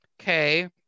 Okay